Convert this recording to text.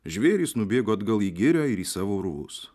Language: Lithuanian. žvėrys nubėgo atgal į girią ir į savo urvus